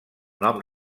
nom